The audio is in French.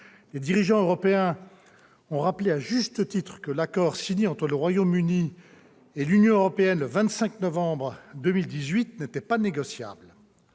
Les dirigeants européens ont rappelé, à juste titre, que l'accord signé entre le Royaume-Uni et l'Union européenne le 25 novembre 2018 n'était pas négociable.